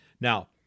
Now